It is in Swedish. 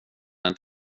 ett